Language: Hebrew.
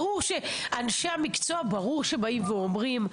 ברור, אנשי המקצוע, ברור שבאים ואומרים.